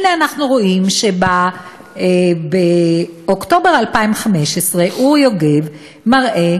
הנה אנחנו רואים שבאוקטובר 2015 אורי יוגב מראה